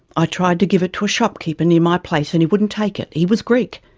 i tried to give it to a shopkeeper near my place and he wouldn't take it. he was greek.